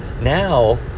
Now